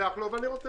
תצביעי